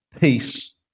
peace